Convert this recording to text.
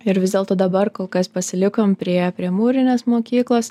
ir vis dėlto dabar kol kas pasilikom prie prie mūrinės mokyklos